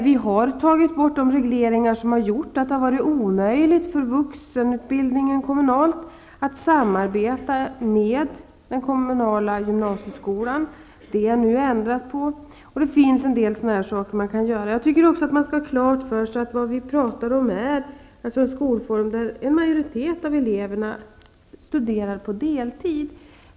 Vidare har vi tagit bort de regleringar som har gjort att det varit omöjligt för den kommunala vuxenutbildningen att samarbeta med den kommunala gymnasieskolan. Där har en ändring skett. Det finns alltså en del saker som man kan göra. Jag tycker också att man skall ha klart för sig att vi talar om en skolform som innebär att en majoritet av eleverna studerar på deltid.